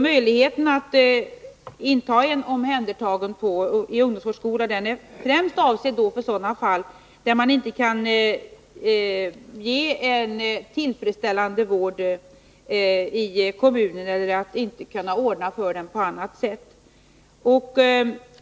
Möjligheten att inta en omhändertagen i ungdomsvårdsskola är främst avsedd för sådana fall där man inte kan ge tillfredsställande vård i kommunen eller ordna för vederbörande på annat sätt.